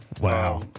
Wow